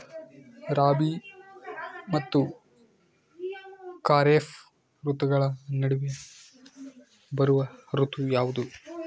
ರಾಬಿ ಮತ್ತು ಖಾರೇಫ್ ಋತುಗಳ ನಡುವೆ ಬರುವ ಋತು ಯಾವುದು?